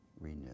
renew